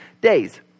days